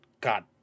God